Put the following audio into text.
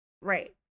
Right